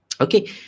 Okay